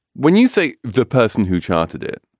when you say the person who chartered it.